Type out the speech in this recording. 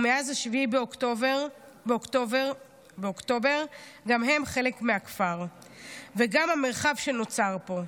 ומאז 7 באוקטובר גם הם חלק מהכפר וגם המרחב שנוצר פה.